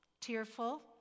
tearful